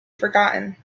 forgotten